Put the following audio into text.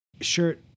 shirt